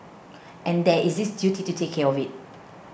and there is this duty to take care of it